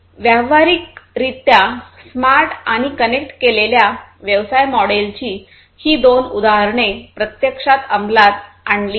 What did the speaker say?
व्यावहारिकरित्या स्मार्ट आणि कनेक्ट केलेल्या व्यवसाय मॉडेलची ही दोन उदाहरणे प्रत्यक्षात अमलात आणली आहेत